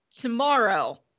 tomorrow